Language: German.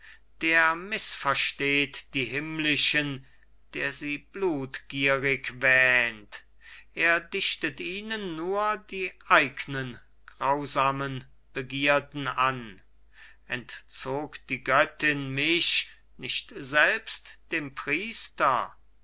der mißversteht die himmlischen der sie blutgierig wähnt er dichtet ihnen nur dir eignen grausamen begierden an entzog die göttin mich nicht selbst dem priester